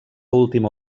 última